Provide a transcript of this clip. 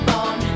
on